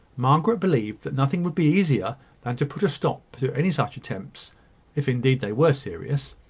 margaret believed that nothing would be easier than to put a stop to any such attempts if indeed they were serious.